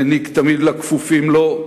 והעניק תמיד לכפופים לו,